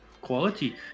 quality